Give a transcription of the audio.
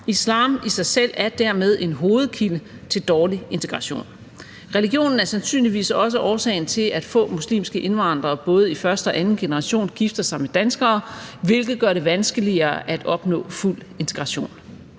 Islam i sig selv er dermed en hovedkilde til dårlig integration. Religionen er sandsynligvis også årsagen til, at få muslimske indvandrere, både i første og anden generation, gifter sig med danskere, hvilket gør det vanskeligere at opnå fuld integration.